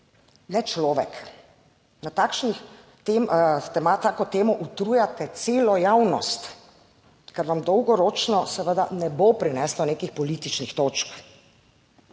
le človek s tako temo utrujate celo javnost, ker vam dolgoročno seveda ne bo prineslo nekih političnih točk.